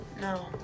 No